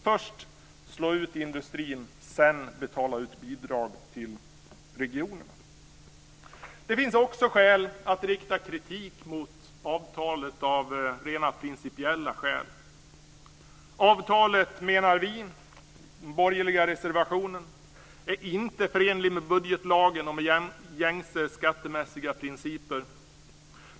Först slår man ut industrin. Sedan betalar man ut bidrag till regionerna. Det finns också anledning att rikta kritik mot avtalet av rent principiella skäl. Vi borgerliga menar i reservationen att avtalet inte är förenligt med budgetlagen och med gängse skattemässiga principer.